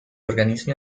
organismi